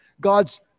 God's